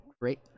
great